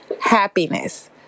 happiness